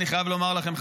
אני חייב לומר לכם,